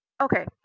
okay